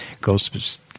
goes